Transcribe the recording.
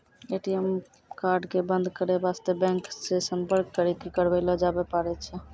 ATM card क बन्द करै बास्ते बैंक से सम्पर्क करी क करबैलो जाबै पारै छै